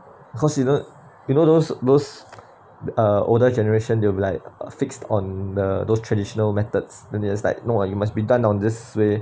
cause you know you know those those uh older generation they will be like uh fixed on uh those traditional methods then you just like know like you must be done on this way